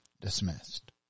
dismissed